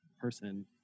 person